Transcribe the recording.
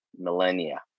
millennia